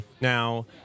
Now